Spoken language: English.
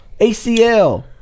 ACL